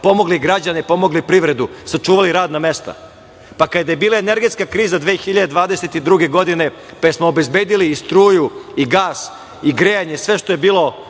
pomogli građane, pomogli privredu i sačuvali radna mesta. Kada je bila energetska kriza 2022. godine, pa jel smo obezbedili i struju i gas i grejanje, sve što je bilo